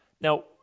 Now